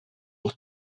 aux